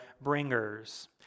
bringers